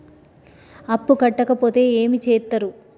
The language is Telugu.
అప్పు కట్టకపోతే ఏమి చేత్తరు?